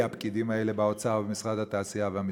הפקידים האלה באוצר ובמשרד התעשייה והמסחר,